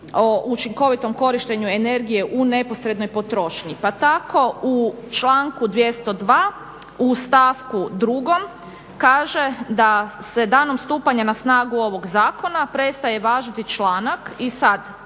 učinkovitom korištenju energije u neposrednoj potrošnji pa tako u članku 202.u stavku 2.kaže da se danom stupanja na snagu ovog zakona prestaje važiti članak i sad